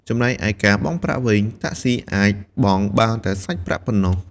ចំណែកឯការបង់ប្រាក់វិញ តាក់ស៊ីអាចបង់បានតែសាច់ប្រាក់ប៉ុណ្ណោះ។